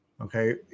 okay